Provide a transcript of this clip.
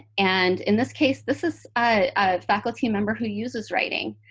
and in this case, this is a faculty member who uses writing.